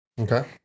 Okay